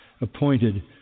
appointed